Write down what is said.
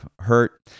hurt